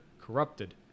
corrupted